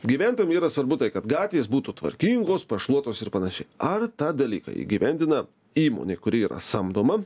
gyventojam yra svarbu tai kad gatvės būtų tvarkingos pašluotos ir panašiai ar tą dalyką įgyvendina įmonė kuri yra samdoma